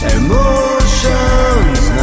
emotions